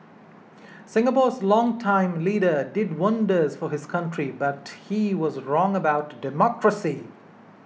Singapore's longtime leader did wonders for his country but he was wrong about democracy